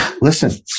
listen